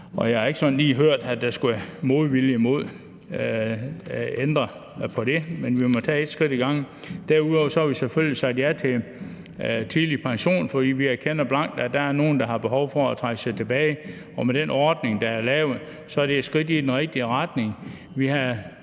Jeg har ikke sådan lige hørt, at der skulle være modvilje imod at ændre på det, men vi må tage et skridt ad gangen. Derudover har vi selvfølgelig sagt ja til tidlig pension, fordi vi erkender blankt, at der er nogle, der har behov for at trække sig tilbage, og med den ordning, der er lavet, så er det et skridt i den rigtige retning.